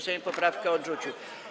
Sejm poprawkę odrzucił.